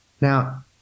now